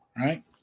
right